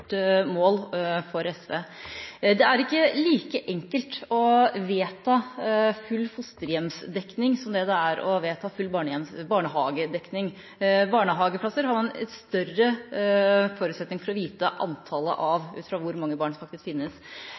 mål for SV. Det er ikke like enkelt å vedta full fosterhjemsdekning som det er å vedta full barnehagedekning. Barnehageplasser har man større forutsetninger for å vite antallet av, ut fra hvor mange barn som faktisk finnes.